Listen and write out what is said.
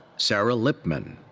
sarah lipman,